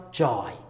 joy